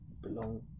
belong